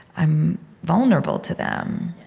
i'm vulnerable to them.